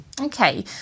Okay